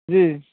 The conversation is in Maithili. जी